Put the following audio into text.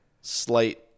slight